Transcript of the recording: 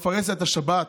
על פרהסיית השבת,